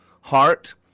heart